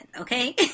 okay